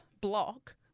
block